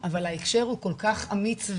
אז לוקחים בקבוק אלכוהול,